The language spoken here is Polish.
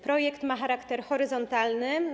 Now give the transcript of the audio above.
Projekt ma charakter horyzontalny.